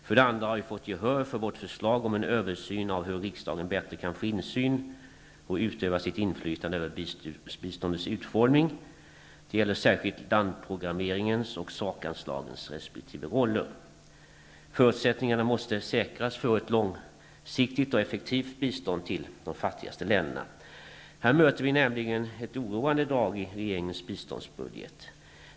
För det andra har vi fått gehör för vårt förslag om en översyn av hur riksdagen bättre kan få insyn och utöva sitt inflytande över biståndets utformning. Det gäller särskilt landprogrammeringens och sakanslagens resp. roller. Förutsättningarna måste säkras för ett långsiktigt och effektivt bistånd till de fattigaste länderna. Här möter vi nämligen ett oroande drag i regeringens biståndsbudget.